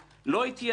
לא התייעץ,